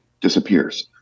disappears